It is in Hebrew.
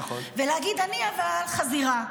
ולהגיד: אני חזירה.